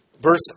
verse